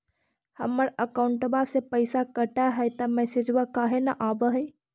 हमर अकौंटवा से पैसा कट हई त मैसेजवा काहे न आव है?